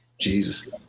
Jesus